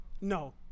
No